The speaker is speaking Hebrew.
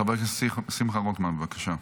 חבר הכנסת שמחה רוטמן, בבקשה.